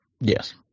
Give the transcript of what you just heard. yes